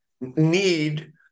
need